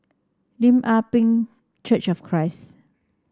Lim Ah Pin Church of Christ